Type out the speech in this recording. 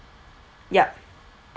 yup